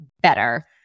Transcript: better